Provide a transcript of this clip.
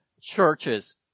churches